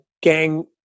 gang